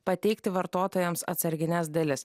pateikti vartotojams atsargines dalis